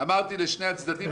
אמרתי לשני הצדדים.